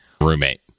roommate